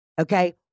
okay